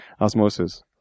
osmosis